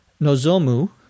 Nozomu